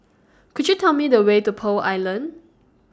Could YOU Tell Me The Way to Pearl Island